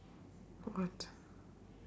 what